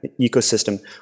ecosystem